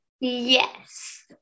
yes